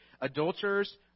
adulterers